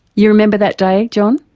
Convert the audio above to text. you remember that day, john?